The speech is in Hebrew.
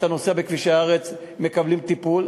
כבישי הארץ מקבלים טיפול,